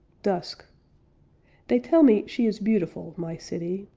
dusk they tell me she is beautiful, my city,